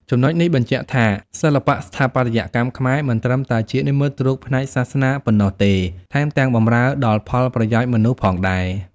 ចំណុចនេះបញ្ជាក់ថា សិល្បៈស្ថាបត្យកម្មខ្មែរមិនត្រឹមតែជានិមិត្តរូបផ្នែកសាសនាប៉ុណ្ណោះទេ ថែមទាំងបម្រើដល់ផលប្រយោជន៍មនុស្សផងដែរ។